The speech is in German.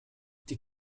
die